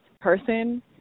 person